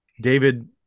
david